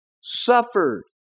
suffered